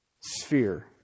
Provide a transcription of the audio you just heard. sphere